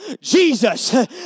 Jesus